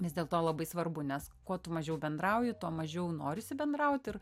vis dėlto labai svarbu nes kuo tu mažiau bendrauji tuo mažiau norisi bendraut ir